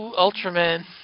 Ultraman